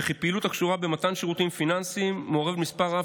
ופעילות הקשורה במתן שירותים פיננסיים מעוררת מספר רב